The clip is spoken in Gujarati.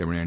તેમણે એન